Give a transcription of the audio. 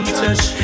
touch